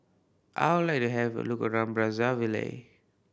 I would like to have a look around Brazzaville